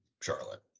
Charlotte